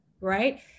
right